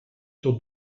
sur